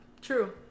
True